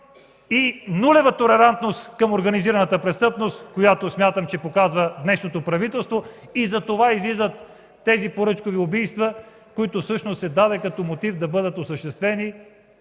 и нулева толерантност към организираната престъпност, каквото смятам, че показва днешното правителство. И затова излизат тези поръчкови убийства, за които бе даден мотив да бъдат осъществени